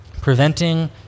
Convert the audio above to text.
preventing